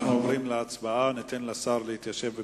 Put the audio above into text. אנחנו עוברים להצבעה, ניתן לשר להתיישב במקומו.